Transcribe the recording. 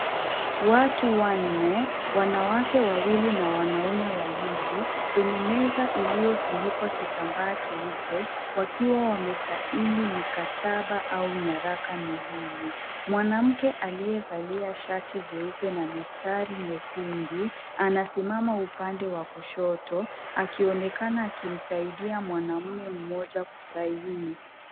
Watu wanne wanawake wawili na wanaume wawili kwenye meza iliyofunikwa kitambaa cheupe wakiwa wamesaini mikataba au nyaraka muhimu. Mwanamke aliyevalia shati jeupe na mistari nyekundu anasimama upande wa kushoto akionekana akimsaidia mwanaume mmoja kusaini.